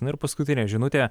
na ir paskutinė žinutė